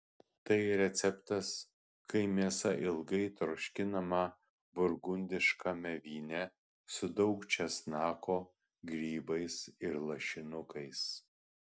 tai receptas kai mėsa ilgai troškinama burgundiškame vyne su daug česnako grybais ir lašinukais